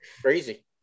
Crazy